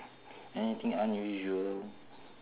anything unusual